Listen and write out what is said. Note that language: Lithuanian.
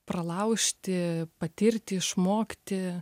pralaužti patirti išmokti